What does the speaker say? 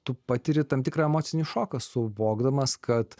tu patiri tam tikrą emocinį šoką suvokdamas kad